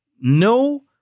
no